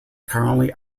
currently